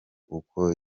ubwo